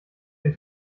den